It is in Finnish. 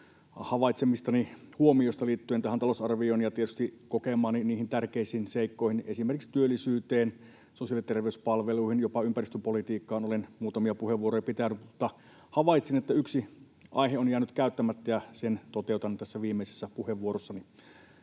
havaitsemistani huomioista liittyen tähän talousarvioon ja tietysti tärkeiksi kokemiini seikkoihin, esimerkiksi työllisyyteen, sosiaali- ja terveyspalveluihin ja jopa ympäristöpolitiikkaan olen muutamia puheenvuoroja pitänyt, mutta havaitsin, että yksi aihe on jäänyt käyttämättä, ja sen toteutan tässä viimeisessä puheenvuorossani.